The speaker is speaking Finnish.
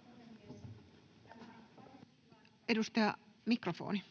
19:19 Content: